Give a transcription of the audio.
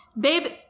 Babe